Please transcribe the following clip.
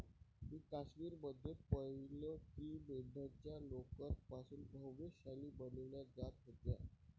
मी काश्मीर मध्ये पाहिलं की मेंढ्यांच्या लोकर पासून भव्य शाली बनवल्या जात होत्या